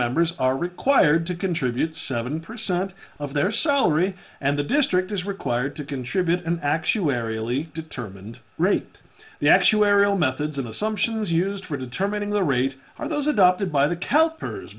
members are required to contribute seven percent of their salary and the district is required to contribute and actuarially determined rate the actuarial methods of assumptions used for determining the rate are those adopted by the